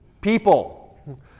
people